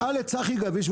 תשאל את צחי גביש,